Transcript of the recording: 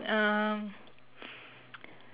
um